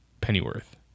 Pennyworth